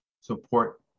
support